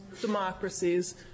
democracies